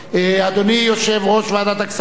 אדוני יושב-ראש ועדת הכספים,